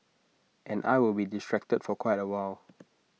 and I will be distracted for quite A while